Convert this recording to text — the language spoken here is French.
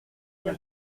elle